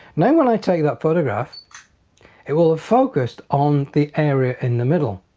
now when i take that photograph it will have focused on the area in the middle.